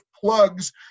plugs